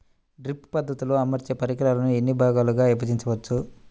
Drip పద్ధతిలో అమర్చే పరికరాలను ఎన్ని భాగాలుగా విభజించవచ్చు?